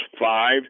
five